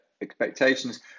expectations